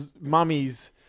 mummies